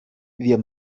wir